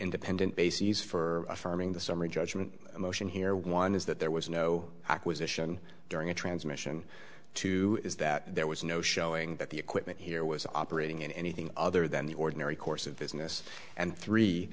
independent bases for affirming the summary judgment motion here one is that there was no acquisition during the transmission two is that there was no showing that the equipment here was operating in anything other than the ordinary course of business and three